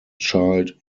child